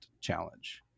challenge